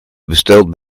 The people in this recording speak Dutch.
besteld